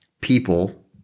people